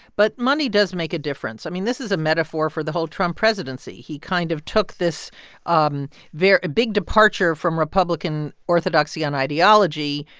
but money does make a difference. i mean, this is a metaphor for the whole trump presidency. he kind of took this um big departure from republican orthodoxy and ideology,